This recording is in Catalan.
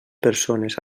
persones